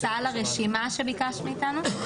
הצעה לרשימה שביקשת מאיתנו.